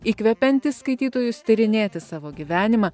įkvepiantis skaitytojus tyrinėti savo gyvenimą